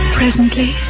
presently